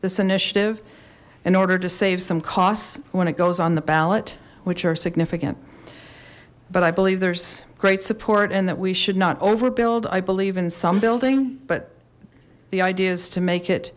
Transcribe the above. this initiative in order to save some costs when it goes on the ballot which are significant but i believe there's great support and that we should not over build i believe in some building but the idea is to make it